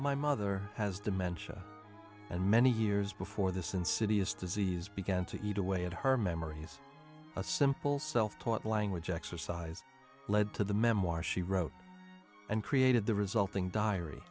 my mother has dementia and many years before this insidious disease began to eat away at her memories a simple self taught language exercise led to the memoir she wrote and created the resulting diary